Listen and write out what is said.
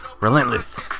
Relentless